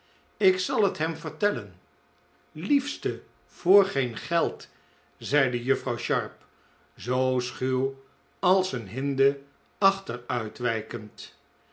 ik zal het hem vertellen liefste voor geen geld zeide juffrouw sharp zoo schuw als een hinde